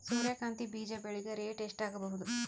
ಸೂರ್ಯ ಕಾಂತಿ ಬೀಜ ಬೆಳಿಗೆ ರೇಟ್ ಎಷ್ಟ ಆಗಬಹುದು?